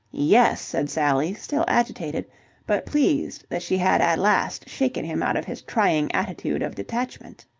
yes, said sally, still agitated but pleased that she had at last shaken him out of his trying attitude of detachment.